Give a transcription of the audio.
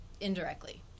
indirectly